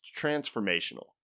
transformational